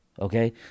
Okay